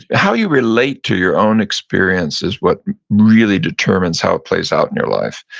how you relate to your own experience is what really determines how it plays out in your life.